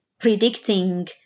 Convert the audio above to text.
predicting